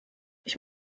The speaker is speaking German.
ich